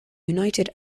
united